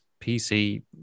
PC